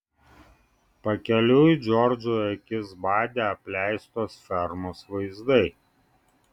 pakeliui džordžui akis badė apleistos fermos vaizdai